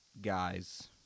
guys